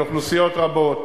על אוכלוסיות רבות,